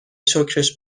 شکرش